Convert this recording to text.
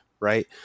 Right